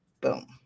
boom